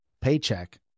paycheck